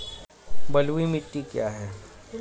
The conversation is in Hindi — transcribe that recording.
बलुई मिट्टी क्या है?